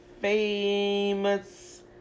famous